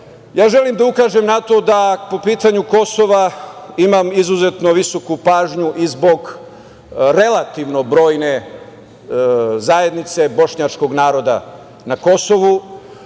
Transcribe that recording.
ja želim da ukažem na to da po pitanju Kosova imam izuzetno visoku pažnju i zbog relativno brojne zajednice bošnjačkog naroda na Kosovu